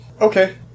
Okay